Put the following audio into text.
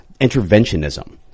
interventionism